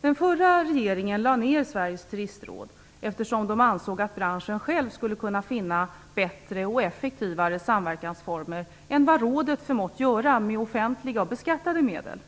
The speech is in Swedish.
Den förra regeringen lade ned Sveriges turistråd, eftersom man ansåg att branschen själv skulle kunna finna bättre och effektivare samverkansformer än vad rådet förmått göra med offentliga och beskattade medel.